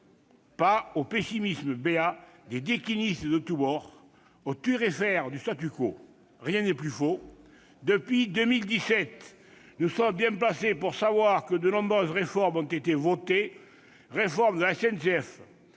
pas au pessimisme béat des « déclinistes » de tous bords, thuriféraires du. Rien n'est plus faux ! Depuis 2017, nous sommes bien placés pour savoir que de nombreuses réformes ont été votées : la réforme de la SNCF,